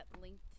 linked